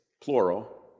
plural